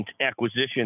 acquisition